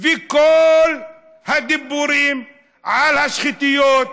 בכל הדיבורים על השחיתויות,